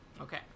Okay